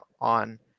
on